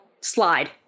slide